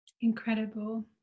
Incredible